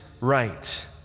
right